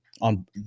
on